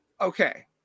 Okay